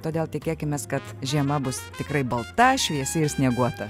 todėl tikėkimės kad žiema bus tikrai balta šviesi ir snieguota